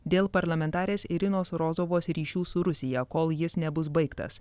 dėl parlamentarės irinos rozovos ryšių su rusija kol jis nebus baigtas